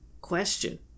Question